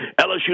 LSU